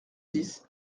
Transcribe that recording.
six